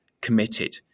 committed